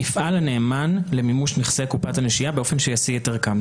יפעל הנאמן למימוש נכסי קופת הנשייה באופן ישיא את ערכם.